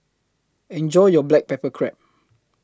Enjoy your Black Pepper Crab